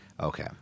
Okay